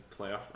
playoff